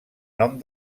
nom